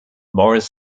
maurice